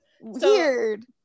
Weird